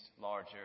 larger